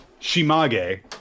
Shimage